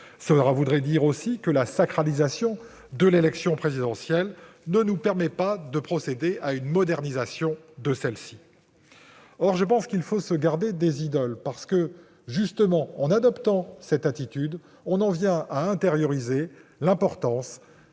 Cela voudrait dire aussi que la sacralisation de l'élection présidentielle ne nous permet pas de procéder à sa modernisation. Or, me semble-t-il, il faut se garder des idoles, parce que, justement, en adoptant cette attitude, on en vient à intérioriser l'importance